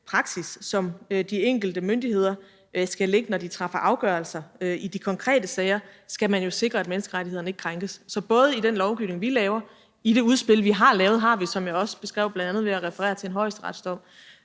som de enkelte myndigheder skal lægge, når de træffer afgørelser i de konkrete sager, skal man jo sikre, at menneskerettighederne ikke krænkes. Det er i den lovgivning, vi laver. I det udspil, vi har lavet, har vi, som jeg også beskrev, bl.a. ved at referere til højesteretsdommen,